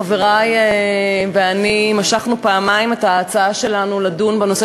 חברי ואני משכנו פעמיים את ההצעה שלנו לדון בנושא